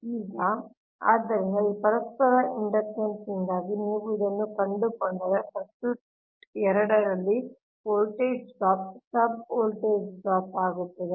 ಈಗ ಆದ್ದರಿಂದ ಈ ಪರಸ್ಪರ ಇಂಡಕ್ಟನ್ಸ್ನಿಂದಾಗಿ ನೀವು ಇದನ್ನು ಕಂಡುಕೊಂಡರೆ ಸರ್ಕ್ಯೂಟ್ಟ್ 2 ರಲ್ಲಿ voltage drop sub voltage drop ಆಗುತ್ತದೆ